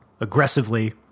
aggressively